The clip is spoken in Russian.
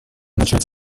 начать